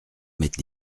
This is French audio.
mette